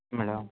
madam